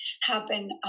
happen